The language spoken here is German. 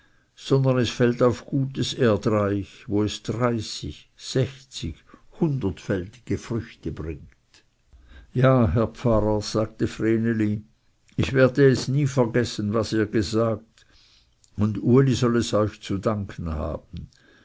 sondern es fällt auf gutes erdreich wo es dreißig sechzig hundertfältige früchte bringt ja herr pfarrer sagte vreneli ich werde es nie vergessen was ihr gesagt und uli soll es euch zu danken haben